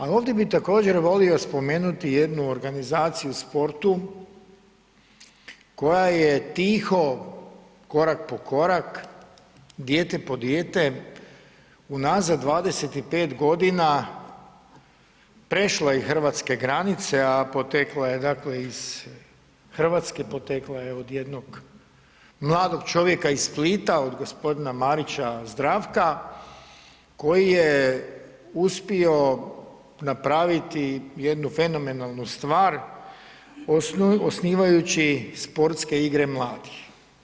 Ali ovdje bih također volio spomenuti jednu organizaciju u sportu koja je tiho, korak po korak, dijete po dijete unazad 25 godina prešla i Hrvatske granice, a potekla je dakle iz Hrvatske, potekla je od jednog mladog čovjeka iz Splita od gospodina Marića Zdravka, koji je uspio napraviti jednu fenomenalnu stvar osnivajući sportske igre mladih.